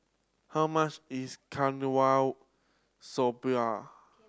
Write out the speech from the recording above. how much is Okinawa Soba